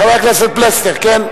חבר הכנסת פלסנר, כן?